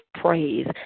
praise